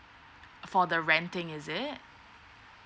for the renting is it